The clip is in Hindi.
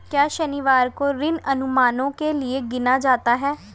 क्या शनिवार को ऋण अनुमानों के लिए गिना जाता है?